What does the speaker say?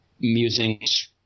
musings